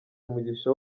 umugisha